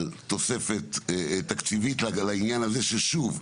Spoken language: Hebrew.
על תוספת תקציבית לעניין הזה ששוב,